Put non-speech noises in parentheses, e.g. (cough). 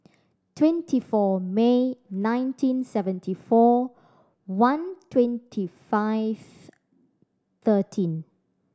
twenty four May nineteen seventy four one twenty five (unintelligible) thirteen